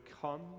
come